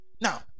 now